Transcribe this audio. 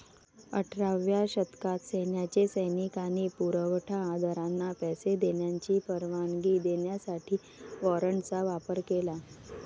अठराव्या शतकात सैन्याने सैनिक आणि पुरवठा दारांना पैसे देण्याची परवानगी देण्यासाठी वॉरंटचा वापर केला